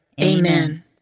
Amen